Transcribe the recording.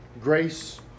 grace